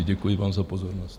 Děkuji vám za pozornost.